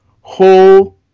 whole